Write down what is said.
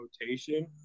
rotation